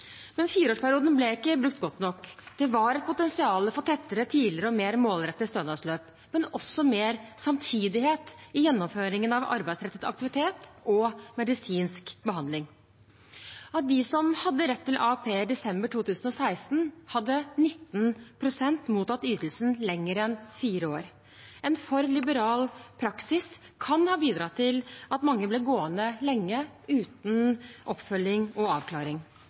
Fireårsperioden ble ikke brukt godt nok. Det var et potensial for tettere, tidligere og mer målrettede stønadsløp, men også mer samtidighet i gjennomføringen av arbeidsrettet aktivitet og medisinsk behandling. Av dem som hadde rett til AAP i desember 2016, hadde 19 pst. mottatt ytelsen lenger enn fire år. En for liberal praksis kan ha bidratt til at mange ble gående lenge uten oppfølging og avklaring.